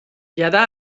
jada